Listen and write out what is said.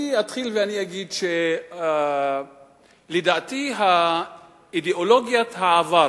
אני אתחיל ואגיד שלדעתי אידיאולוגיית העבר